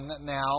now